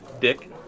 Dick